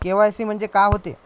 KYC म्हंनजे का होते?